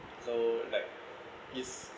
so like is